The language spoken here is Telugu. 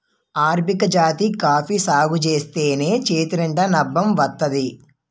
అరబికా జాతి కాఫీ సాగుజేత్తేనే చేతినిండా నాబం వత్తాది